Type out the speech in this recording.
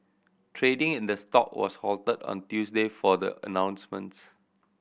trading in the stock was halted on Tuesday for the announcements